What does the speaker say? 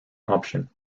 option